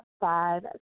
five